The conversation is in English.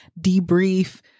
debrief